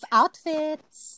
outfits